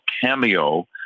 Cameo